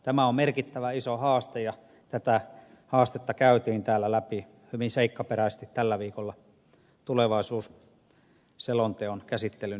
tämä on merkittävä iso haaste ja tätä haastetta käytiin täällä läpi hyvin seikkaperäisesti tällä viikolla tulevaisuusselonteon käsittelyn yhteydessä